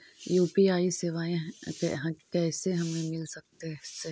UPI सेवाएं कैसे हमें मिल सकले से?